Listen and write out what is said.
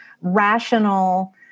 rational